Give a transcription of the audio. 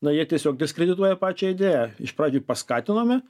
na jie tiesiog diskredituoja pačią idėją iš pradžių paskatinome